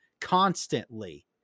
constantly